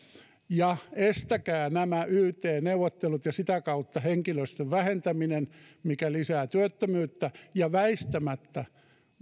ja estäkää nämä yt neuvottelut ja sitä kautta henkilöstön vähentäminen mikä lisää työttömyyttä ja väistämättä